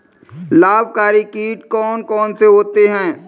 लाभकारी कीट कौन कौन से होते हैं?